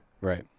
Right